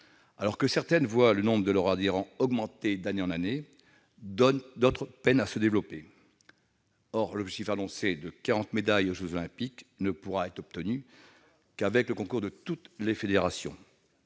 Alors que certaines voient le nombre de leurs adhérents augmenter d'année en année, d'autres peinent à se développer. Or l'objectif annoncé de quarante médailles aux jeux Olympiques ne pourra être atteint qu'avec le concours de toutes les fédérations.